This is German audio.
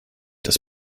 das